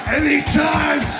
anytime